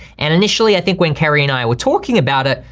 and initially, i think when carrie and i were talking about it,